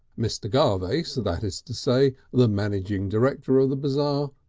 mr. garvace, that is to say, the managing director of the bazaar,